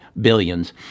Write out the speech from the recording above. billions